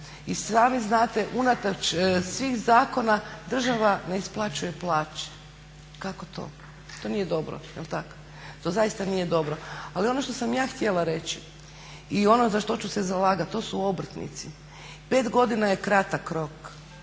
I sami znate, unatoč svih zakona država ne isplaćuje plaće. Kako to? To nije dobro, jel' tako? To zaista nije dobro. Ali ono što sam ja htjela reći i ono za što ću se zalagati to su obrtnici. 5 godina je kratak rok.